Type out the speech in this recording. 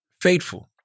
faithful